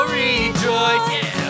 rejoice